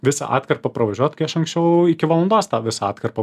visą atkarpą pravažiuot kai aš anksčiau iki valandos tą visą atkarpą